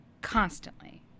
constantly